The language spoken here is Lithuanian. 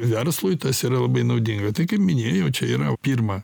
verslui tas yra labai naudinga tai kaip minėjau čia yra pirma